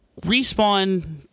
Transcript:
Respawn